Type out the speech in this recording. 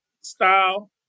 style